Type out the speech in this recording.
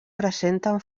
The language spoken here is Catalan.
presenten